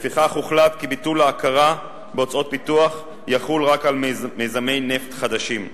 לפיכך הוחלט כי ביטול ההכרה בהוצאות פיתוח יחול רק על מיזמי נפט חדשים.